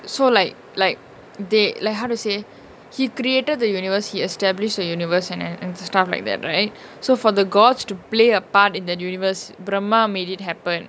so like like they like how to say he created the universe he established a universe and and and stuff like that right so for the gods to play a part in the universe benma made it happen